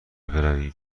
برویم